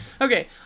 Okay